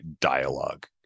dialogue